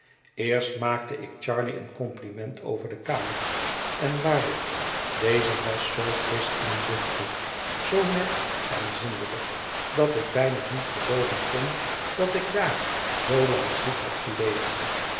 eerst maakte ik charley een compliment over de kamer en waarlijk deze was zoo frisch en luchtig zoo net en zindelijk dat ik bijna niet gelooven kon dat ik daar zoolang ziek had gelegen